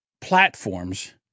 platforms